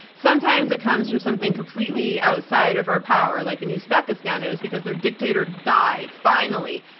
sometimes it comes from something completely outside of our power. like in uzbekistan, it was because their dictator died, finally,